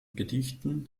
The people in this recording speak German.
gedichten